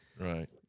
Right